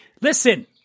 listen